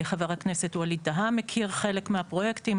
חבר הכנסת ווליד טאהא מכיר חלק מהפרויקטים.